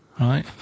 right